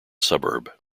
suburb